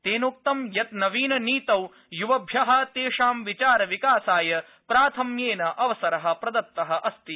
तेनोक्तं यत् नवीन नीतौ य्वभ्यः तेषां विचारविकासाय प्राथम्येन अवसरः प्रदत्तः अस्ति